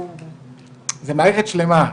זה מערכת שלמה,